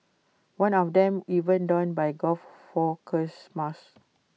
one of them even donned by guy Fawkes mask